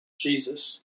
Jesus